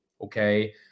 okay